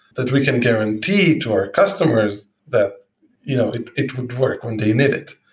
that we can guarantee to our customers that you know it it would work when they need it.